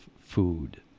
food